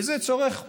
וזה צורך,